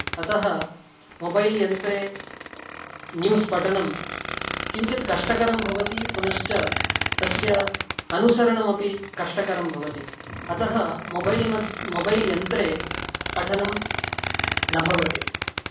अतः मोबैल् यन्त्रे न्यूस् पठनं किञ्चित् कष्टकरं भवति पुनश्च तस्य अनुसरणमपि कष्टकरं भवति अतः मोबैल् मद् मोबैल् यन्त्रे पठनं न भवति